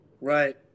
Right